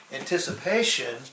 anticipation